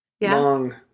Long